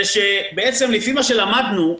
שבעצם לפי מה שלמדנו,